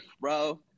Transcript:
bro